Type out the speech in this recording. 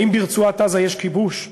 האם ברצועת-עזה יש כיבוש?